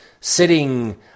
sitting